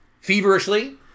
feverishly